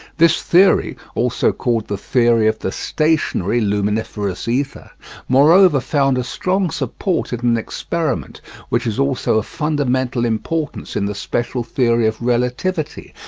this theory also called the theory of the stationary luminiferous ether moreover found a strong support in an experiment which is also of fundamental importance in the special theory of relativity,